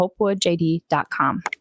HopeWoodJD.com